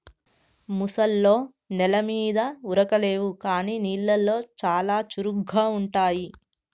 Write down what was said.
ముసల్లో నెల మీద ఉరకలేవు కానీ నీళ్లలో చాలా చురుగ్గా ఉంటాయి